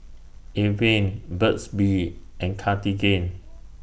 Avene Burt's Bee and Cartigain